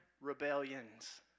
rebellions